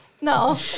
No